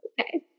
Okay